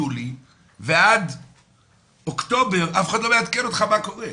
יולי ועד אוקטובר אף אחד לא מעדכן אותך מה קורה.